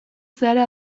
zeharo